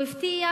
הוא הבטיח,